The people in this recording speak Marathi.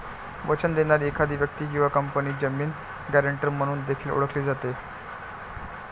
वचन देणारी एखादी व्यक्ती किंवा कंपनी जामीन, गॅरेंटर म्हणून देखील ओळखली जाते